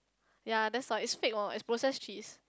yea that's why it's fake or as process cheese